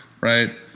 right